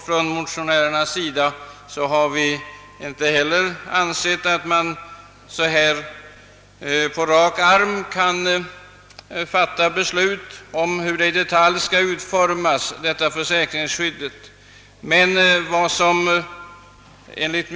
Vi motionärer har inte heller ansett att man så här på rak arm kan fatta beslut om hur detta försäkringsskydd i detalj skall utformas.